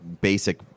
basic